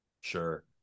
Sure